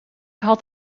had